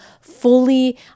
fully